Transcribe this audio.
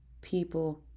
people